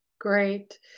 Great